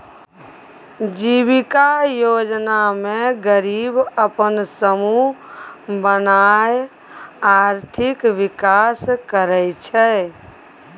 जीबिका योजना मे गरीब अपन समुह बनाए आर्थिक विकास करय छै